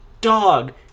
dog